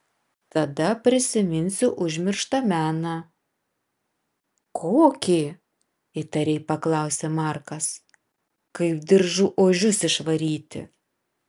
tada prisiminsiu užmirštą meną kokį įtariai paklausė markas kaip diržu ožius išvaryti